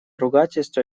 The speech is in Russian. ругательство